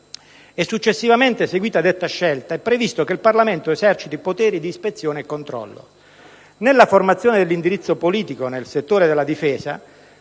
Successivamente, seguita detta scelta, è previsto che il Parlamento eserciti poteri di ispezione e controllo. Nella formazione dell'indirizzo politico nel settore della difesa,